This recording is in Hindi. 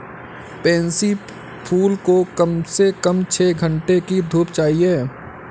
पैन्सी फूल को कम से कम छह घण्टे की धूप चाहिए